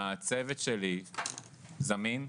הצוות שלי זמין,